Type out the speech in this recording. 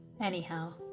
Anyhow